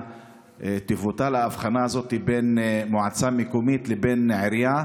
תבוטל ההבחנה הזאת בין מועצה מקומית לבין עירייה,